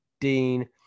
Dean